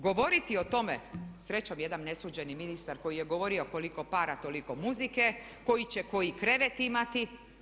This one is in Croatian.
Govoriti o tome srećom jedan nesuđeni ministar koji je govorio koliko para toliko muzike, koji će koji krevet imati.